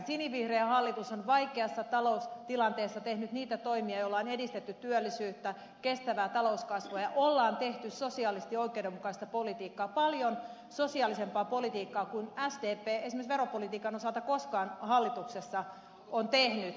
sinivihreä hallitus on vaikeassa taloustilanteessa tehnyt niitä toimia joilla on edistetty työllisyyttä kestävää talouskasvua ja on tehty sosiaalisesti oikeudenmukaista politiikkaa paljon sosiaalisempaa politiikkaa kuin sdp esimerkiksi veropolitiikan osalta on koskaan hallituksessa tehnyt